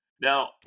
Now